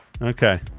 Okay